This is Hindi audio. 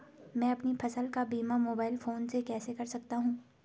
मैं अपनी फसल का बीमा मोबाइल फोन से कैसे कर सकता हूँ?